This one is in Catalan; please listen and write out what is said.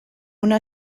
una